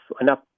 enough